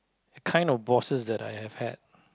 the kind of bosses that I've have had